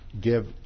give